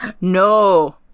No